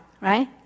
right